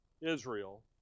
Israel